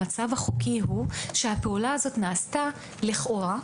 המצב החוקי הוא שהפעולה הזאת נעשתה לכאורה,